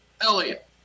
Elliot